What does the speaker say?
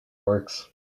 works